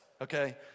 okay